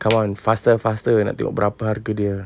come on faster faster nak tengok berapa harga dia